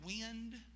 wind